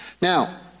Now